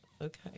Okay